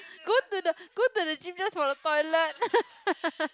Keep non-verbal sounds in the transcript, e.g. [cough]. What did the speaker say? go to the go to the gym just for the toilet [laughs]